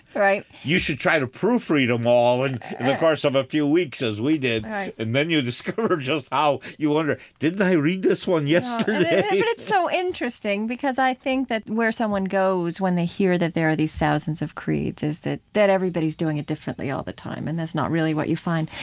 right? you should try to proofread them um all in and the course of a few weeks, as we did, and then you discover just how you wonder, didn't i read this one yeah but it's so interesting, because i think that where someone goes when they hear that there are these thousands of creeds is that that everybody's doing it differently all the time, and that's not really what you find.